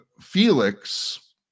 Felix